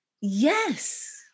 Yes